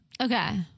Okay